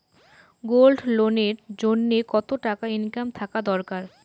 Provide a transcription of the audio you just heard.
Gold loan এর জইন্যে কতো টাকা ইনকাম থাকা দরকার?